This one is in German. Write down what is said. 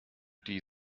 die